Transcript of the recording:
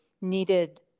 needed